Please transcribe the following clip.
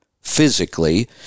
physically